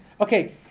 Okay